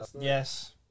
Yes